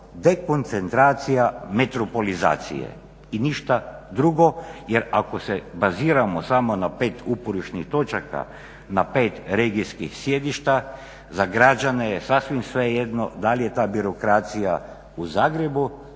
samo dekoncentracija metropolizacije i ništa drugo jer ako se baziramo samo na pet uporišnih točaka, na pet regijskih sjedišta, za građane je sasvim svejedno da li je ta birokracija u Zagrebu